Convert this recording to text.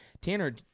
Tanner